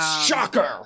Shocker